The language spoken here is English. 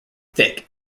thick